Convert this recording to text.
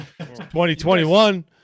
2021